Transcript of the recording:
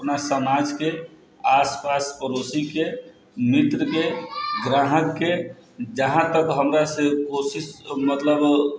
अपना समाजक आसपास पड़ोसीके मित्रके ग्राहकके जहाँ तक हमरासँ कोशिश मतलब